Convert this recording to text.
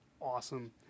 Awesome